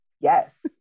Yes